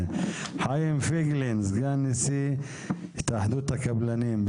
חיים פייגלין, סגן נשיא התאחדות הקבלנים.